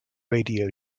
radio